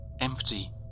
empty